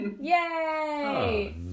Yay